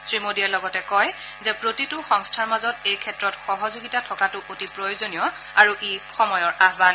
শ্ৰীমোদীয়ে লগতে কয় যে প্ৰতিটো সংস্থাৰ মাজত এই ক্ষেত্ৰত সহযোগিতা থকাটো অতি প্ৰয়োজনীয় আৰু ই সময়ৰ আহ্বান